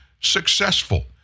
successful